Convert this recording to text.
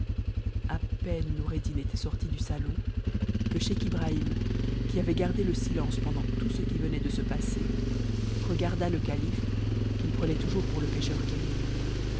a peine noureddin était sorti du salon que scheich ibrahim qui avait gardé le silence pendant tout ce qui venait de se passer regarda le calife qu'il prenait toujours pour le pécheur kérim